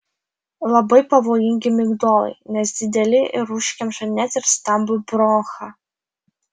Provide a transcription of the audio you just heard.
labai pavojingi migdolai nes dideli ir užkemša net ir stambų bronchą